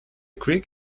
creek